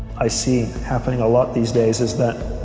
i see happening a lot these days is that